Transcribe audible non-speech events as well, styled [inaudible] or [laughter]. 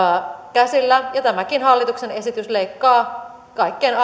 käsillä tämäkin hallituksen esitys leikkaa kaikkein [unintelligible]